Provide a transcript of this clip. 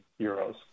euros